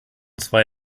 zwei